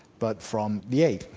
but from the ape.